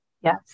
Yes